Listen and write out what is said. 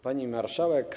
Pani Marszałek!